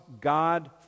God